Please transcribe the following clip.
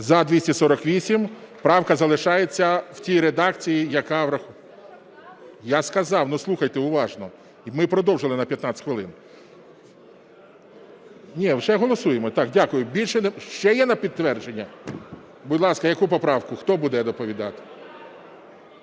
За-248 Правка залишається в тій редакції, яка… (Шум у залі) Я сказав. Ну, слухайте уважно. Ми продовжили на 15 хвилин. Ні, вже голосуємо. Так, дякую. Ще є на підтвердження? Будь ласка, яку поправку? Хто буде доповідати?